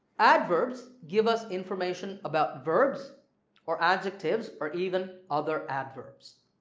adverbs give us information about verbs or adjectives or even other adverbs.